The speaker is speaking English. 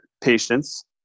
patients